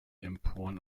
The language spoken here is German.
emporen